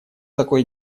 такой